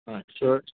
sure